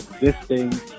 existing